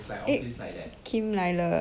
eh kim 来了